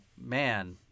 Man